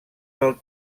del